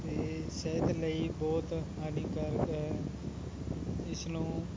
ਇਹ ਸਿਹਤ ਲਈ ਬਹੁਤ ਹਾਨੀਕਾਰਕ ਹੈ ਇਸਨੂੰ